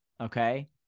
Okay